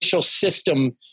system